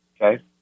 Okay